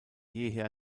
jeher